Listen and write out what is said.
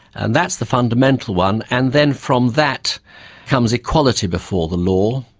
and that's the fundamental one. and then from that comes equality before the law,